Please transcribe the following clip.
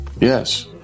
Yes